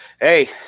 hey